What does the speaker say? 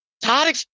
Todd